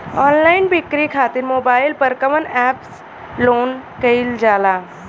Online बिक्री खातिर mobile पर कवना एप्स लोन कईल जाला?